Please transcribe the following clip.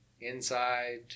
inside